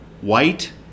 white